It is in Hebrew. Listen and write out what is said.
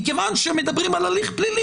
מכיוון שמדברים על הליך פלילי,